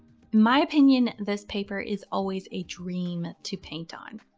my opinion, this paper is always a dream to paint on.